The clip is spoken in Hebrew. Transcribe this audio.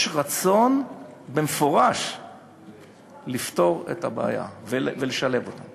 יש רצון מפורש לפתור את הבעיה ולשלב אותם.